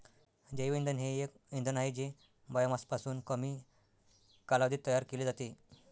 जैवइंधन हे एक इंधन आहे जे बायोमासपासून कमी कालावधीत तयार केले जाते